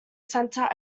centre